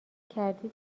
کردید